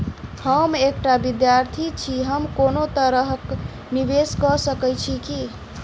हम एकटा विधार्थी छी, हम कोनो तरह कऽ निवेश कऽ सकय छी की?